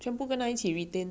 yeah